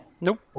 Nope